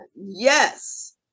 Yes